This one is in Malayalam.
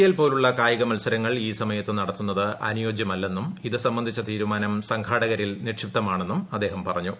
എൽ പോലുള്ള കായിക മത്സരങ്ങൾ ഈ സമയത്ത് നടത്തുന്നത് അനിയോജൃമല്ലെന്നും ഇതു സംബന്ധിച്ച തീരുമാനം സംഘാടകരിൽ നിക്ഷിപ്തമാണെന്നും അദ്ദേഹം പറഞ്ഞു